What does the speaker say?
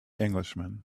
englishman